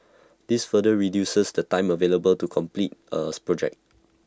this further reduces the time available to complete A project